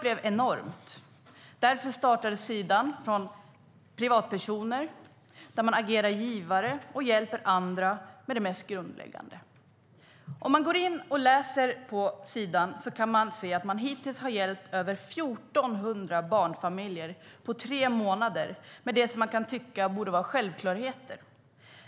Därför startade sidan där privatpersoner agerar givare och hjälper andra med det mest grundläggande. Gensvaret blev enormt. Om man går in och läser på sidan kan man se att de hittills har hjälpt över 1 400 barnfamiljer på tre månader med det som man kan tycka borde vara självklarheter.